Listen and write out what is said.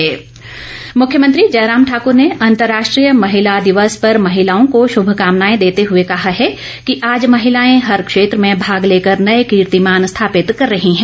जयराम अनुराग ठाकर मुरव्यमंत्री जयराम ठाकुर ने अंतर्राष्ट्रीय महिला दिवस पर महिलाओं को शुभकामानाएं देते हुए कहा है कि आज महिलाए हर क्षेत्र में भाग लेकर नए कीर्तिमान स्थापित कर रही हैं